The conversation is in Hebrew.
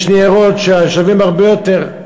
יש ניירות ששווים הרבה יותר,